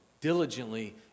diligently